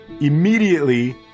Immediately